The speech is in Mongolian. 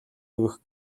өгөх